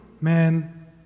man